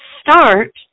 start